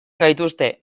gaituzte